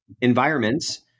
environments